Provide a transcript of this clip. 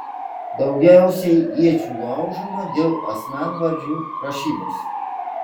daugiausiai iečių laužoma dėl asmenvardžių rašybos